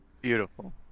Beautiful